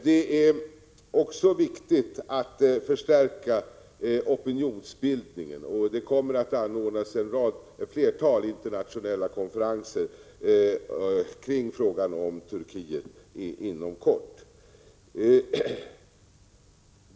Det är också viktigt att förstärka opinionsbildningen, och det kommer inom kort att anordnas flera internationella konferenser om Turkiet.